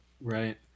Right